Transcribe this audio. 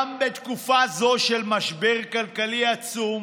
גם בתקופה הזו של משבר כלכלי עצום